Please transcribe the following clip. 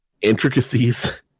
intricacies